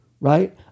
right